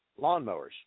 Lawnmowers